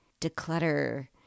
declutter